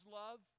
love